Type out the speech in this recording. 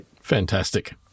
Fantastic